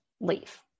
leave